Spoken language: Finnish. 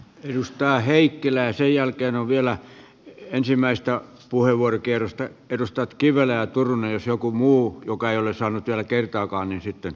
edustaja heikkilä ja sen jälkeen ovat vielä ensimmäistä puheenvuorokierrosta edustajat kivelä ja turunen ja jos joku muu joka ei ole saanut vielä kertaakaan niin sitten